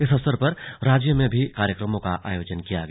इस अवसर पर राज्य में भी कार्यक्रमों का आयोजन किया गया